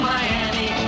Miami